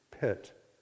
pit